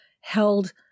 held